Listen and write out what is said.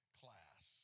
class